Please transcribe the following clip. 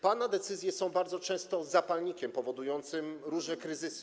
Pana decyzje są bardzo często zapalnikiem powodującym różne kryzysy.